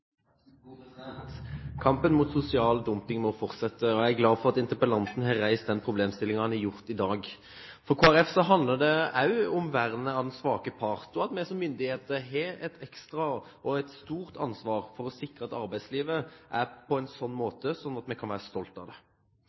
glad for at interpellanten har reist denne problemstillingen i dag. For Kristelig Folkeparti handler det også om vernet av den svake part og at vi som myndigheter har et ekstra stort ansvar for å sikre at arbeidslivet er på en sånn måte at vi kan være stolte av det.